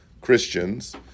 Christians